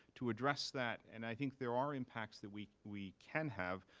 to address that? and i think there are impacts that we we can have,